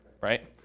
right